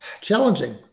challenging